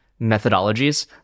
methodologies